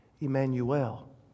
emmanuel